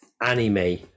anime